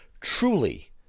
truly